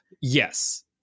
yes